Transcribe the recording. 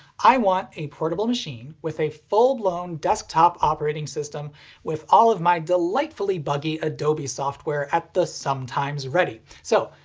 i want a portable machine with a full-blown desktop operating system with all of my delightfully buggy adobe software at the sometimes-ready. so,